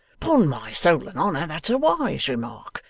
pon my soul and honour that's a wise remark.